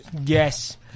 Yes